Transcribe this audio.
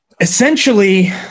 essentially